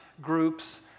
groups